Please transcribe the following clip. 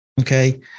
Okay